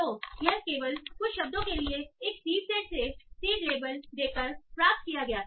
तो यह केवल कुछ शब्दों के लिए एक सीड सेट से सीड लेबल देकर प्राप्त किया गया था